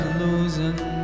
losing